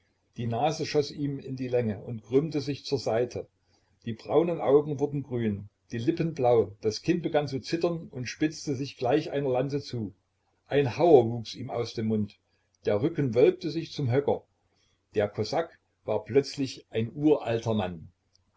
die nase schoß ihm in die länge und krümmte sich zur seite die braunen augen wurden grün die lippen blau das kinn begann zu zittern und spitzte sich gleich einer lanze zu ein hauer wuchs ihm aus dem mund der rücken wölbte sich zum höcker der kosak war plötzlich ein uralter mann